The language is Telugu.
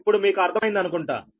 ఇప్పుడు మీకు అర్థమైందని అనుకుంటా